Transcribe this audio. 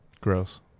Gross